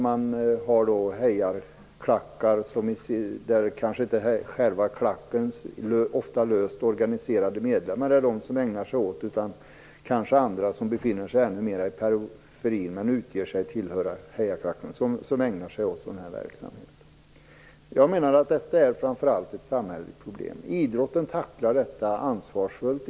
Man har hejarklackar där kanske inte själva klackens ofta löst organiserade medlemmar är de som ägnar sig åt detta, utan det kanske är andra som befinner sig mer i periferin men som utger sig för att tillhöra hejarklacken som ägnar sig åt sådan här verksamhet. Jag menar att detta framför allt är ett samhälleligt problem. Idrotten tacklar detta ansvarsfullt.